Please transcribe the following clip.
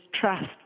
trust